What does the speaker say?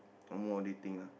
more on dating lah